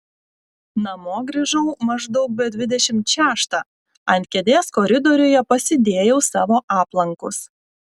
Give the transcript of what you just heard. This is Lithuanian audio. namo grįžau maždaug be dvidešimt šeštą ant kėdės koridoriuje pasidėjau savo aplankus